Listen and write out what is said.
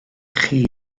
chi